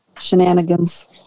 shenanigans